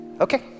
okay